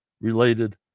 related